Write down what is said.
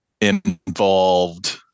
involved